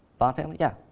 font family? yeah?